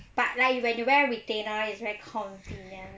but like you wear retainer it's very convenient